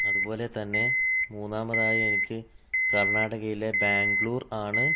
അതുപോലെതന്നെ മൂന്നാമതായി എനിക്ക് കർണാടകയിലെ ബാംഗ്ലൂർ ആണ്